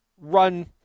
run